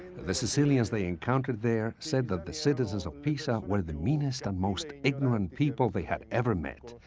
the sicilians they encountered there said that the citizens of pisa were the meanest and most ignorant people they had ever met.